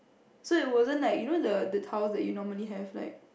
so it wasn't like you know the the the tiles that you normally have like